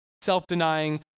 self-denying